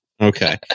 Okay